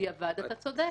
בדיעבד אתה צודק,